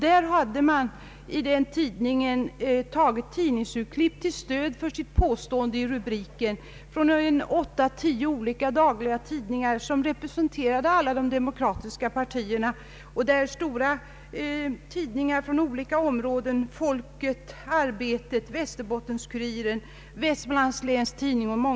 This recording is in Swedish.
Där sammanfördes urklipp från åtta—tio olika dagliga tidningar, som representerar alla de demokratiska partierna och som utges i olika delar av landet — det var bl.a. Folket, Arbetet, Västerbottens-Kuriren och Vestmanlands Läns Tidning.